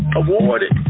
awarded